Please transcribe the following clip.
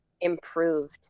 improved